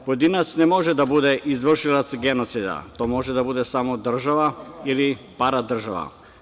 Pojedinac ne može da bude izvršilac genocida, to može da bude samo država ili paradržava.